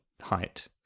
height